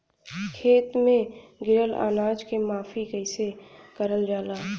खेत में गिरल अनाज के माफ़ी कईसे करल जाला?